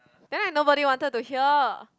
then like nobody wanted to hear